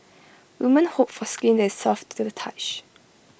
women hope for skin that is soft to the touch